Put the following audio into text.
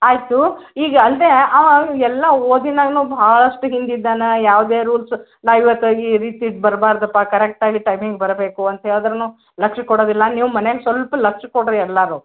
ಆಯಿತು ಈಗ ಅಲ್ಲದೆ ಅವ ಎಲ್ಲ ಓದಿನಲ್ಲಿನು ಭಾಳಷ್ಟು ಹಿಂದೆ ಇದ್ದಾನೆ ಯಾವುದೇ ರೂಲ್ಸ್ ನಾವು ಇವತ್ತು ಈ ರೀತಿಗೆ ಬರಬಾರದಪ್ಪಾ ಕರೆಕ್ಟ್ ಆಗಿ ಟೈಮಿಂಗ್ ಬರಬೇಕು ಅಂತ ಹೇಳಿದ್ರುನು ಲಕ್ಷ್ಯ ಕೊಡೋದಿಲ್ಲ ನೀವು ಮನ್ಯಾಗೆ ಸ್ವಲ್ಪ ಲಕ್ಷ್ಯ ಕೊಡಿರಿ ಎಲ್ಲಾರು